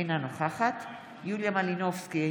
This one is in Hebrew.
אינה נוכחת יוליה מלינובסקי,